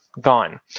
gone